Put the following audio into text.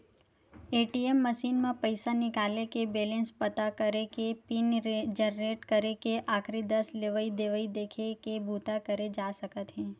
ATM machine म पइसा निकाले के, बेलेंस पता करे के, पिन जनरेट करे के, आखरी दस लेवइ देवइ देखे के बूता करे जा सकत हे